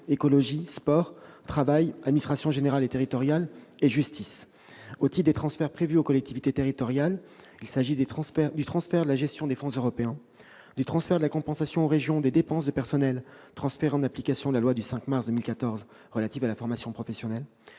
emploi »,« Administration générale et territoriale de l'État » et « Justice » au titre des transferts prévus aux collectivités territoriales. Il s'agit du transfert de la gestion des fonds européens aux régions ; du transfert de la compensation aux régions des dépenses de personnel transférées en application de la loi du 5 mars 2014 relative à la formation professionnelle,